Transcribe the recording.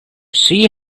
sea